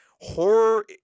horror